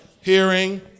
hearing